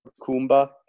Kumba